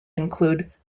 include